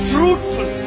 Fruitful